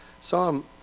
Psalm